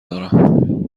دارم